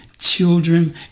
Children